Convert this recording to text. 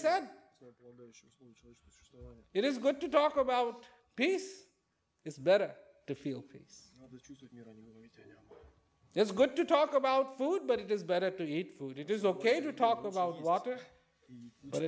said it is good to talk about peace it's better to feel peace it's good to talk about food but it is better to eat food it is ok to talk about water but